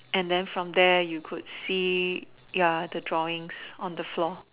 and then from there you could see ya the drawings on the floor